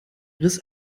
riss